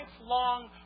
lifelong